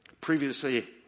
Previously